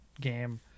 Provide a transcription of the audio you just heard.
game